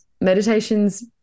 meditation's